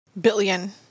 Billion